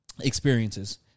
experiences